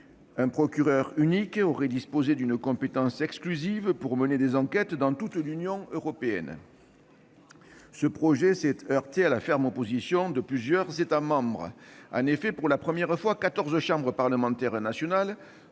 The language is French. un procureur unique aurait disposé d'une compétence exclusive pour mener des enquêtes dans toute l'Union européenne. Ce projet s'est heurté à la ferme opposition de plusieurs États membres. En effet, pour la première fois, 14 chambres parlementaires nationales,